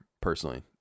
personally